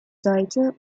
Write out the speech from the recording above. seite